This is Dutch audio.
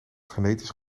genetisch